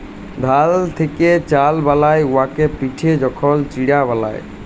ধাল থ্যাকে চাল বালায় উয়াকে পিটে যখল চিড়া বালায়